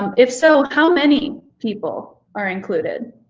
if so, how many people are included?